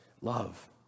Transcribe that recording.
love